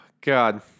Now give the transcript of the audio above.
God